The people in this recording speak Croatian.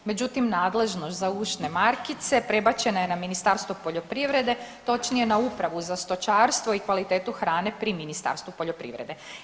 Međutim, nadležnost za ušne markice prebačena je na Ministarstvo poljoprivrede točnije na Upravu za stočarstvo i kvalitetu hrane pri Ministarstvu poljoprivrede.